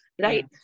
right